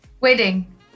wedding